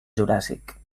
juràssic